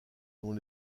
dont